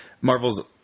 Marvel's